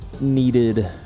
needed